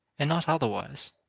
and not otherwise.